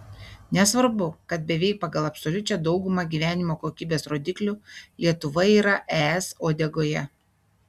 nesvarbu kad beveik pagal absoliučią daugumą gyvenimo kokybės rodiklių lietuva yra es uodegoje